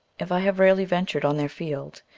if i have rarely ventured on their field,